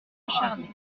acharnés